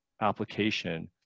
application